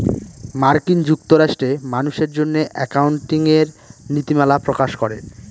মার্কিন যুক্তরাষ্ট্রে মানুষের জন্য একাউন্টিঙের নীতিমালা প্রকাশ করে